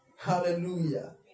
Hallelujah